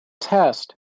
test